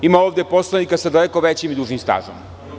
Ima ovde poslanika sa daleko većim i dužim stažom.